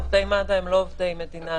עובדי מד"א הם לא עובדי מדינה.